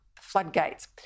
floodgates